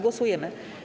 Głosujemy.